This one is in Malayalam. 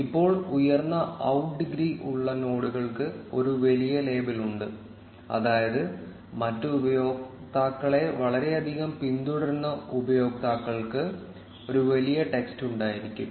ഇപ്പോൾ ഉയർന്ന ഔട്ട് ഡിഗ്രി ഉള്ള നോഡുകൾക്ക് ഒരു വലിയ ലേബൽ ഉണ്ട് അതായത് മറ്റ് ഉപയോക്താക്കളെ വളരെയധികം പിന്തുടരുന്ന ഉപയോക്താക്കൾക്ക് ഒരു വലിയ ടെക്സ്റ്റ് ഉണ്ടായിരിക്കും